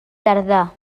tardà